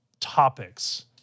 topics